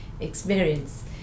experience